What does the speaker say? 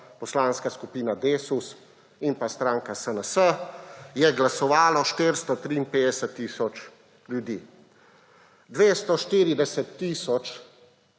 Poslansko skupino Desus in pa stranko SNS je glasovalo 453 tisoč ljudi. 240 tisoč